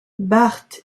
bart